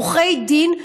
עורכי דין,